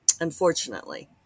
unfortunately